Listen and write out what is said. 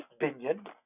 binion